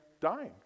dying